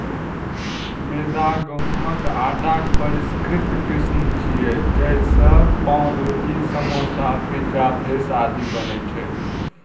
मैदा गहूंमक आटाक परिष्कृत किस्म छियै, जइसे पावरोटी, समोसा, पिज्जा बेस आदि बनै छै